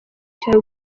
cya